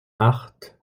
acht